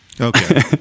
Okay